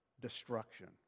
destruction